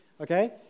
Okay